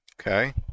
Okay